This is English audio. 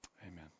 Amen